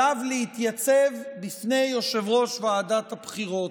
עליו להתייצב בפני יושב-ראש ועדת הבחירות.